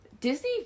Disney